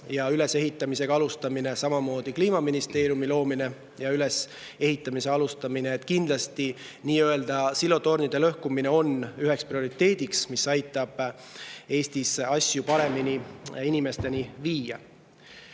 ja ülesehitamise alustamine, samamoodi Kliimaministeeriumi loomine ja ülesehitamise alustamine. Kindlasti on nii-öelda silotornide lõhkumine üks prioriteet, mis aitab Eestis asju paremini inimesteni viia.